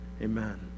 Amen